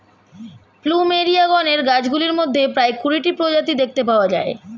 plumeria গণের গাছগুলির মধ্যে প্রায় কুড়িটি প্রজাতি দেখতে পাওয়া যায়